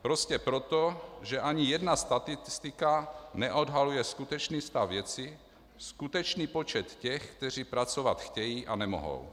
Prostě proto, že ani jedna statistika neodhaluje skutečný stav věci, skutečný počet těch, kteří pracovat chtějí a nemohou.